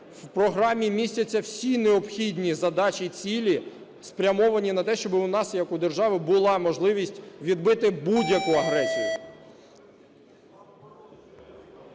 в програмі містяться всі необхідні задачі і цілі, спрямовані на те, щоб у нас як у держави була можливість відбити будь-яку агресію.